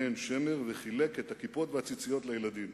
עין-שמר וחילק את הכיפות והציציות לילדים.